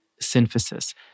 synthesis